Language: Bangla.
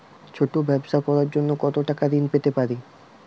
ছোট ব্যাবসা করার জন্য কতো টাকা ঋন পেতে পারি?